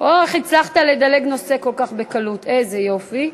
או, איך הצלחת לדלג נושא כל כך בקלות, איזה יופי.